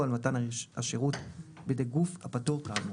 על מתן השירות בידי גוף הפטור כאמור.